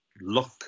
look